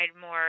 more